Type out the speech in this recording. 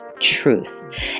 truth